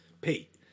Pete